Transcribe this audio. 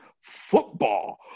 football